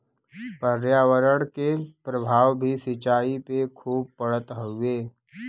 पर्यावरण के प्रभाव भी सिंचाई पे खूब पड़त हउवे